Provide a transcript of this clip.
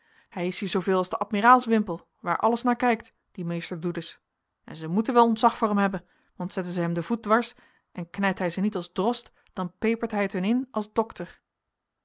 hij is hier zooveel als de admiraalswimpel waar alles naar kijkt die meester doedes en zij moeten wel ontzag voor hem hebben want zetten zij hem den voet dwars en knijpt hij ze niet als drost dan pepert hij het hun in als dokter